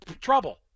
trouble